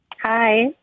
Hi